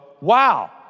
wow